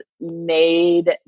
made